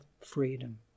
freedom